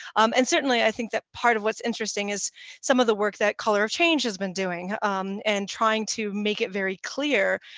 and certainly i think that part of what's interesting is some of the work that color of change has been doing and trying to make it very clear,